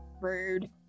Rude